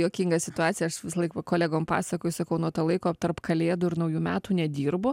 juokinga situacija aš visąlaik kolegom pasakoju sakau nuo to laiko tarp kalėdų ir naujų metų nedirbu